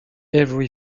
avery